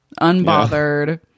unbothered